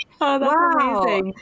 Wow